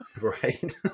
right